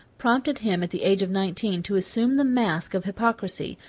prompted him at the age of nineteen to assume the mask of hypocrisy,